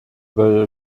they